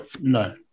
No